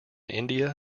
india